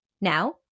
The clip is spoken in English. Now